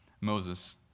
Moses